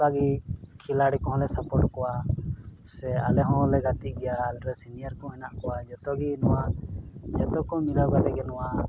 ᱚᱱᱠᱟᱜᱮ ᱠᱷᱤᱞᱟᱲᱤ ᱠᱚᱦᱚᱸᱞᱮ ᱥᱟᱯᱳᱨᱴ ᱠᱚᱣᱟ ᱥᱮ ᱟᱞᱮ ᱦᱚᱸᱞᱮ ᱜᱟᱛᱮᱜ ᱜᱮᱭᱟ ᱟᱞᱮᱨᱮᱱ ᱥᱤᱱᱤᱭᱟᱨ ᱠᱚ ᱢᱮᱱᱟᱜ ᱠᱚᱣᱟ ᱡᱚᱛᱚᱜᱮ ᱱᱚᱣᱟ ᱡᱚᱛᱚᱠᱚ ᱢᱤᱞᱟᱹᱣ ᱠᱟᱛᱮᱜᱮ ᱱᱚᱣᱟ